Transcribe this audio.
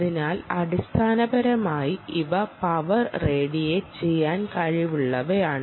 അതിനാൽ അടിസ്ഥാനപരമായി ഇവ പവർ റേഡിയേറ്റ് ചെയ്യാൻ കഴിവുള്ളവയാണ്